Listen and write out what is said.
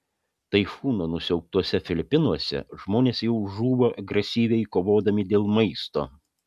taifūno nusiaubtuose filipinuose žmonės jau žūva agresyviai kovodami dėl maisto